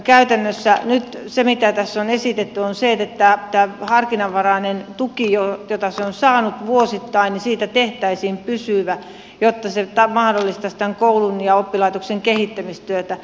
käytännössä nyt se mitä tässä on esitetty on se että tästä harkinnanvaraisesta tuesta jota se on saanut vuosittain tehtäisiin pysyvä jotta se mahdollistaisi tämän koulun ja oppilaitoksen kehittämistyötä